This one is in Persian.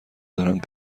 دارند